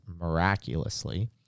miraculously